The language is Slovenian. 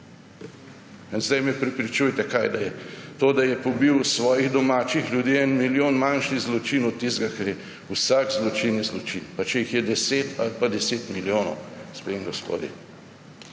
In zdaj me prepričujte – kaj? Da je to, da je pobil svojih domačih ljudi 1 milijon, manjši zločin od tistega? Vsak zločin je zločin, pa če jih je 10 ali pa 10 milijonov, gospe in gospodje.